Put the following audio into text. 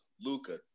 Luca